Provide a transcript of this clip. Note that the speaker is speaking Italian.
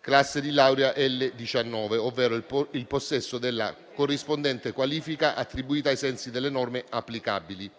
classe di laurea L19, ovvero il possesso della corrispondente qualifica attribuita ai sensi delle norme applicabili,